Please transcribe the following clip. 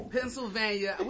Pennsylvania